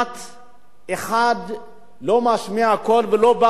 אחד לא משמיע קול ולא בא ולא תומך בהם.